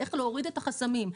איך להוריד את החסמים,